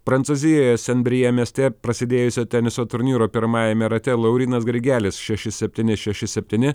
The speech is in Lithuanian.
prancūzijoje sen brijė mieste prasidėjusio teniso turnyro pirmajame rate laurynas grigelis šeši septyni šeši septyni